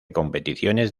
competiciones